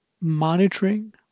monitoring